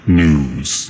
news